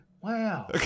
Wow